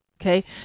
okay